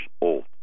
old